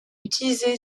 utilisé